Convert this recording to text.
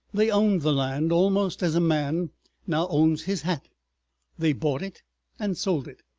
they owned the land almost as a man now owns his hat they bought it and sold it,